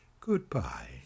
goodbye